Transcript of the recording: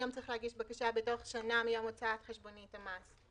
היום צריך להגיש בקשה בתוך שנה מיום הוצאת חשבונית המס.